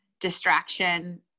distraction